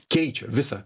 keičia visą